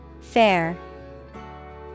Fair